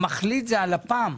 המחליט זה הלפ"ם.